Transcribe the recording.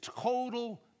total